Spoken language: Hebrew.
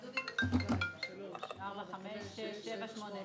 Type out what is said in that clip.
של קבוצת סיעת הרשימה המשותפת לסעיף 12א לא נתקבלה.